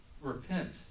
Repent